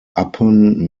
upon